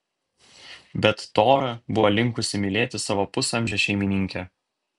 bet tora buvo linkusi mylėti savo pusamžę šeimininkę